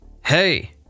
Hey